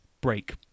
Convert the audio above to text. break